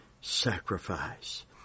sacrifice